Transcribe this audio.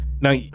Now